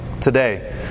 today